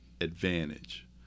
advantage